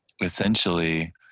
essentially